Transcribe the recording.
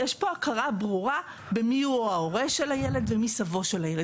הכרה ברורה במי הוא ההורה של הילד ובמי הוא סבו של הילד.